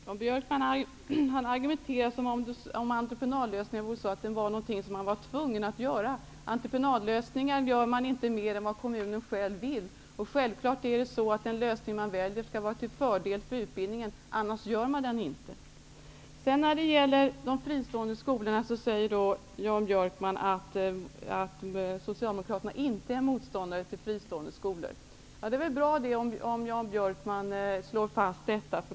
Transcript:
Herr talman! Jan Björkman argumenterar som om det här med entreprenadlösningar är något som man är tvungen till. Entreprenadlösningar väljs i den utsträckning som kommunen önskar. Självfallet bör den lösning som väljs vara till fördel för utbildningen, annars väljs den inte. Jan Björkman säger att Socialdemokraterna inte är motståndare till fristående skolor. Det är bra att Jan Björkman slår fast detta.